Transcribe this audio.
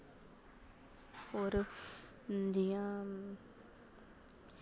होर जि'यां